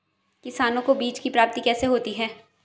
किसानों को बीज की प्राप्ति कैसे होती है?